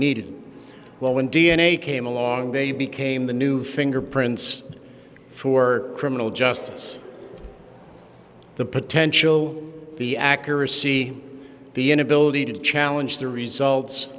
needed well when d n a came along they became the new fingerprints for criminal justice the potential the accuracy the inability to challenge the results